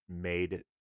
made